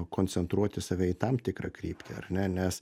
koncentruoti save į tam tikrą kryptį ar ne nes